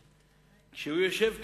כשהוא יושב כאן,